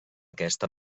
aquesta